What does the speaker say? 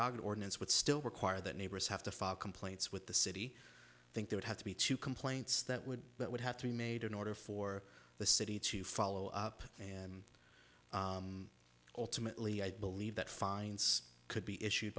dogs ordinance would still require that neighbors have to file complaints with the city think they would have to be to complaints that would but would have to be made in order for the city to follow up and ultimately i believe that fines could be issued